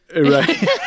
Right